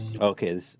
Okay